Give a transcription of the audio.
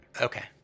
Okay